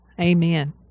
Amen